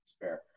fair